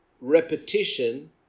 repetition